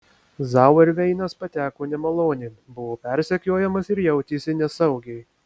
zauerveinas pateko nemalonėn buvo persekiojamas ir jautėsi nesaugiai